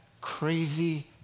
crazy